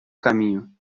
caminho